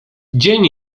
dzień